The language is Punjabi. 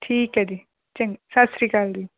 ਠੀਕ ਹੈ ਜੀ ਚੰਗਾ ਸਤਿ ਸ਼੍ਰੀ ਅਕਾਲ ਜੀ